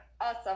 awesome